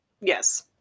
Yes